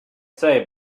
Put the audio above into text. say